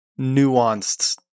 nuanced